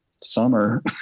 summer